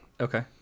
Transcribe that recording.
Okay